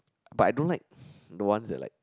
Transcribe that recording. but I don't like the one that's like